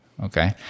Okay